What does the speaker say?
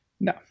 no